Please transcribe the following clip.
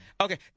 Okay